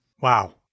Wow